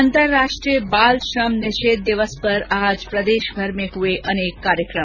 अंतर्राष्ट्रीय बाल श्रम निषेध दिवस पर आज प्रदेशभर में हुए अनेक कार्यक्रम